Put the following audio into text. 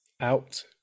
out